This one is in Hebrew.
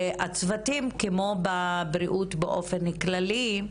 הצוותים, כמו בבריאות באופן כללי,